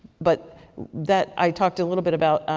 but that i talked a little bit about,